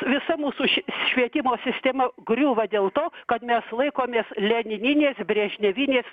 vis visa mūsų šv švietimo sistema griūva dėl to kad mes laikomės lenininės brežnevinės